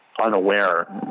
unaware